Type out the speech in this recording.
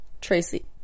Tracy